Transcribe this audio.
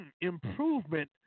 improvement